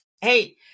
Hey